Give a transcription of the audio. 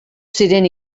zinen